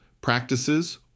practices